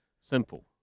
Simple